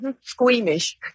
Squeamish